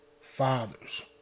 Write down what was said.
fathers